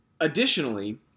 Additionally